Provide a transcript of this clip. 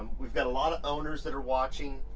we've got a lot of owners that are watching.